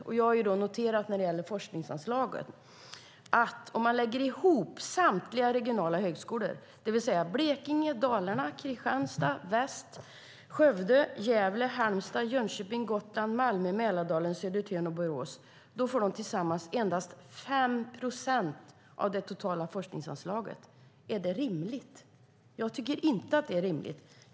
Om man lägger ihop forskningsanslagen för samtliga regionala högskolor, det vill säga Blekinge, Dalarna, Kristianstad, Väst, Skövde, Gävle, Halmstad, Jönköping, Gotland, Malmö, Mälardalen, Södertörn och Borås, får de tillsammans endast 5 procent av det totala forskningsanslaget. Är det rimligt? Jag tycker inte att det är rimligt.